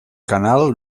canal